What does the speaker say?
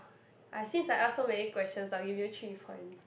I since I ask so many questions I'll give you three point